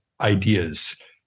ideas